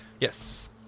Yes